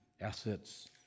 assets